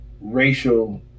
racial